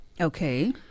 Okay